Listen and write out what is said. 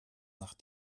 nach